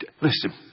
Listen